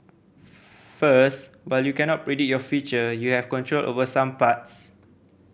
first but you cannot predict your future you have control over some parts